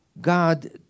God